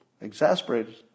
Exasperated